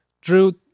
drew